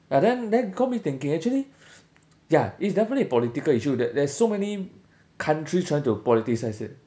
ya then that got me thinking actually ya it's definitely a political issue there there's so many countries trying to politicise it